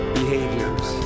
behaviors